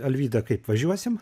alvyda kaip važiuosim